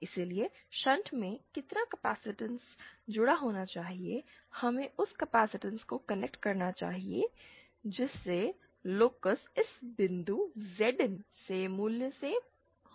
इसलिए शंट में कितना कैपेसिटेंस जुड़ा होना चाहिए हमें उस कैपेसिटेंस को कनेक्ट करना चाहिए जिससे लोकोस इस बिंदु Zin से मूल हो जाएगा